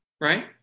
Right